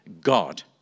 god